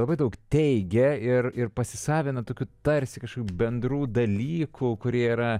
labai daug teigia ir ir pasisavina tokių tarsi kažkokių bendrų dalykų kurie yra